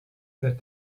that